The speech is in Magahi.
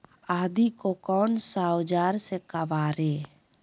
आदि को कौन सा औजार से काबरे?